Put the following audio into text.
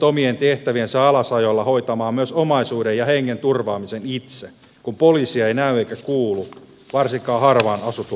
omien tehtäviensä alasajolla valtio pakottaa ihmiset hoitamaan myös omaisuuden ja hengen turvaamisen itse kun poliisia ei näy eikä kuulu varsinkaan harvaan asutulla seudulla